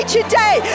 today